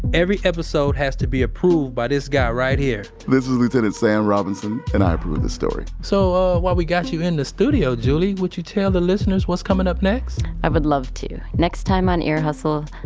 every episode has to be approved by this guy right here this is lieutenant sam robinson and i approve this story so, ah, while we got you in the studio, julie, would you tell the listeners what's coming up next? i would love to. next time on ear hustle,